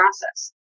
process